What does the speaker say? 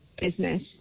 business